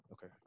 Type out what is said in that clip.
Okay